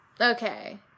Okay